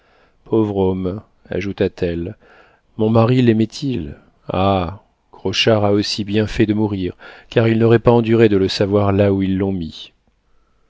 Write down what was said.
pauvre homme ajouta-t-elle mon mari laimait il ah crochard a aussi bien fait de mourir car il n'aurait pas enduré de le savoir là où ils